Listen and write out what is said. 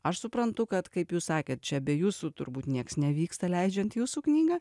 aš suprantu kad kaip jūs sakėt čia be jūsų turbūt nieks nevyksta leidžiant jūsų knygą